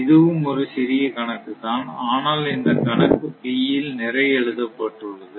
இதுவும் ஒரு சிறிய கணக்கு தான் ஆனால் இந்த கணக்கு B இல் நிறைய எழுதப்பட்டுள்ளது